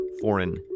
foreign